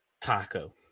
Taco